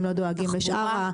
לתחבורה,